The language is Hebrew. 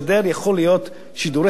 יכולים להיות שידורי חסות,